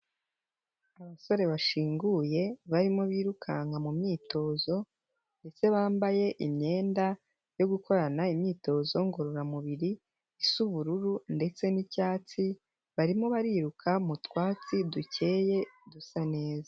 Abasore bashinyinguye, barimo birukanka mu myitozo ndetse bambaye imyenda yo gukorana imyitozo ngororamubiri, isa ubururu ndetse n'icyatsi, barimo bariruka mu twatsi dukeye dusa neza.